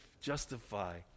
justify